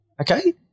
Okay